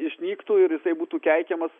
išnyktų ir jisai būtų keikiamas